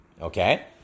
okay